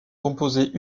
composée